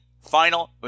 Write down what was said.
final